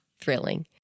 thrilling